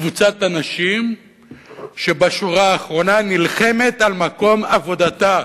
בקבוצת אנשים שבשורה האחרונה נלחמת על מקום עבודתה.